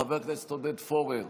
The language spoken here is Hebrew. חבר הכנסת עודד פורר,